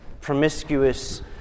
promiscuous